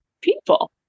people